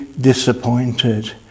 disappointed